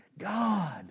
God